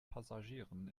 passagieren